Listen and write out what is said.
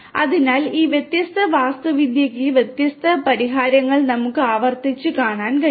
അതിനാൽ ഈ വ്യത്യസ്ത വാസ്തുവിദ്യകൾക്ക് വ്യത്യസ്ത പരിഹാരങ്ങൾ നമുക്ക് ആവർത്തിച്ച് കാണാൻ കഴിയും